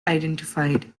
identified